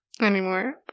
Anymore